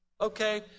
Okay